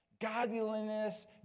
godliness